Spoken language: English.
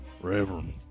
Reverend